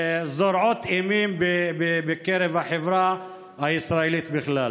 זורעת אימים בקרב החברה הישראלית בכלל.